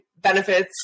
benefits